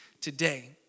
today